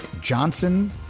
Johnson